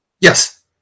Yes